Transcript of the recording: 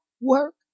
work